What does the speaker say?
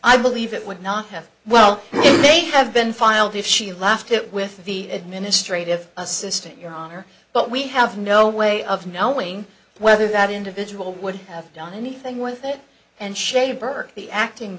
i believe it would not have well they have been filed if she laughed at with the administrative assistant your honor but we have no way of knowing whether that individual would have done anything with it and shape burke the acting